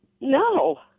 No